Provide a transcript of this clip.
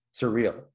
surreal